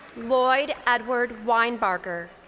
lloyd edward winebarger.